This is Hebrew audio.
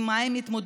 עם מה הם מתמודדים,